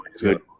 Good